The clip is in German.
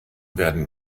werden